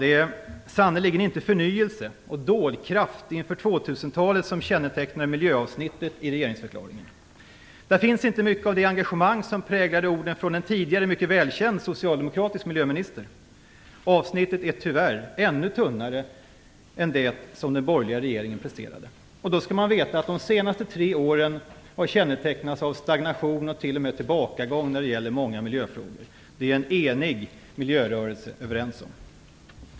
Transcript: Det är sannerligen inte förnyelse och dådkraft inför 2000-talet som kännetecknar miljöavsnittet i regeringsförklaringen. Där finns inte mycket av det engagemang som präglade orden från en tidigare, mycket välkänd, socialdemokratisk miljöminister. Avsnittet är tyvärr ännu tunnare än det som den borgerliga regeringen presterade. Då skall man veta att de senaste tre åren har kännetecknats av stagnation och t.o.m. tillbakagång när det gäller många miljöfrågor. Detta är en enig miljörörelse överens om.